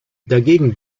dagegen